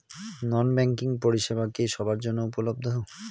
নন banking পরিষেবা কি সবার জন্য উপলব্ধ?